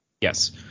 yes